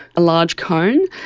a large cone.